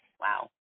wow